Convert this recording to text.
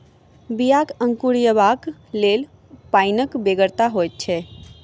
बियाक अंकुरयबाक लेल पाइनक बेगरता होइत छै